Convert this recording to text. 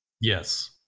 Yes